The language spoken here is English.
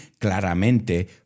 claramente